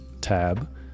tab